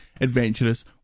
adventurous